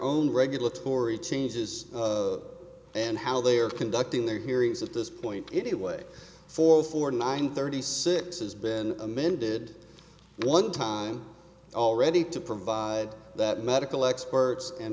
own regulatory changes and how they are conducting their hearings at this point anyway four four nine thirty six has been amended one time already to provide that medical experts and